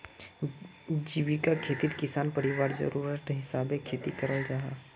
जीविका खेतित किसान परिवारर ज़रूराटर हिसाबे खेती कराल जाहा